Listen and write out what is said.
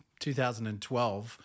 2012